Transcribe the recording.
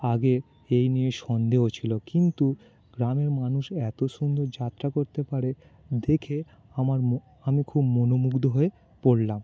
আগে এই নিয়ে সন্দেহ ছিল কিন্তু গ্রামের মানুষ এত সুন্দর যাত্রা করতে পারে দেখে আমার আমি খুব মনোমুগ্ধ হয়ে পড়লাম